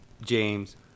James